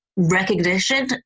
Recognition